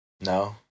No